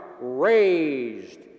raised